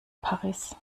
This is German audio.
paris